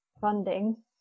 funding